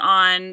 on